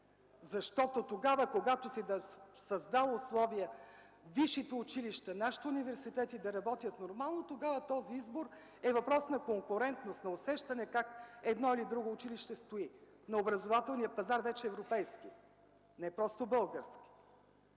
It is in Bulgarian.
такси или не! Когато си създал условия висшите училища, нашите университети да работят нормално, тогава този избор е въпрос на конкурентност, на усещане как едно или друго училище стои, но образователният пазар вече е европейски – не просто български.